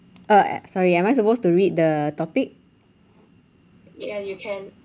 uh sorry am I supposed to read the topic ya you can